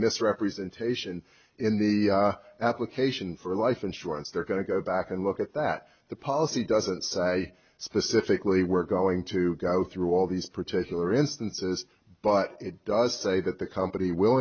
misrepresentation in the application for life insurance they're going to go back and look at that the policy doesn't say specifically we're going to go through all these particular instances but it does say that the company will